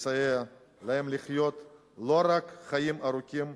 לסייע להם לחיות לא רק חיים ארוכים,